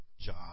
job